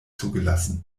zugelassen